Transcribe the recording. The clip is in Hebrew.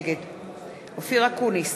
נגד אופיר אקוניס,